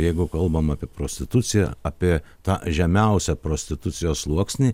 jeigu kalbam apie prostituciją apie tą žemiausią prostitucijos sluoksnį